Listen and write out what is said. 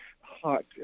hot